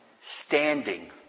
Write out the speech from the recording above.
standing